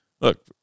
look